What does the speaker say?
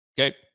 okay